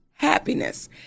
Happiness